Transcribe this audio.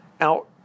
out